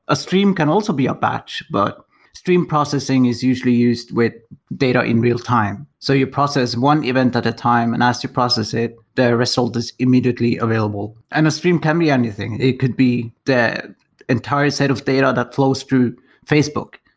a stream can also be a batch, but stream processing is usually used with data in real-time. so you process one event at a time, and as you process it, the result is immediately available. and a stream can be anything. it could be the entire set of data that flows through facebook,